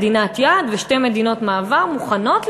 מדינת יעד ושתי מדינות מעבר מוכנות לקבל.